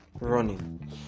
running